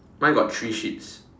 mine got three sheeps